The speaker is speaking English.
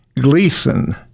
Gleason